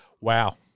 Wow